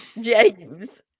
James